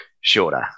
shorter